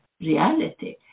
Reality